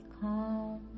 calm